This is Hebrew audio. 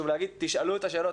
תשאלו את השאלות,